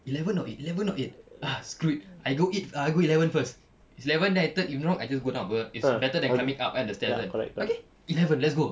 eleven or eight eleven or eight ah screw it I go eight I go eleven first is eleven then I turn if wrong I just go down [pe] it's better than coming up kan the stairs kan okay eleven let's go